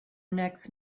next